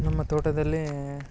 ನಮ್ಮ ತೋಟದಲ್ಲಿ